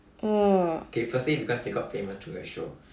mm